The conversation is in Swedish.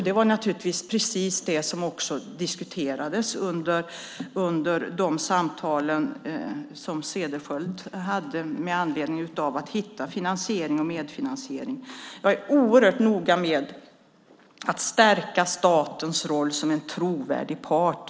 Det var naturligtvis precis det som diskuterades under de samtal som Cederschiöld hade med anledning av att det gällde att hitta en finansiering och en medfinansiering. Jag är oerhört noga med att stärka statens roll som en trovärdig part.